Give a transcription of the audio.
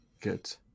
Good